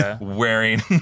wearing